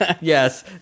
yes